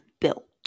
built